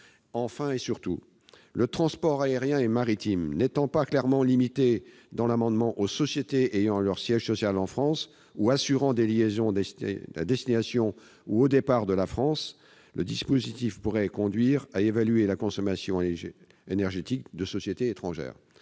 Enfin, et surtout, ces transports n'étant pas clairement limités dans l'amendement aux sociétés ayant leur siège social en France ou assurant des liaisons à destination et au départ de notre pays, le dispositif pourrait conduire à évaluer la consommation énergétique de sociétés étrangères.